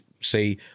say